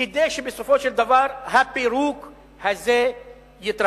כדי שבסופו של דבר הפירוק הזה יתרחש.